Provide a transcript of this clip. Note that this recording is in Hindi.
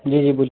जी जी बोल